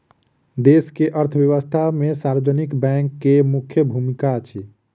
देश के अर्थव्यवस्था में सार्वजनिक बैंक के मुख्य भूमिका अछि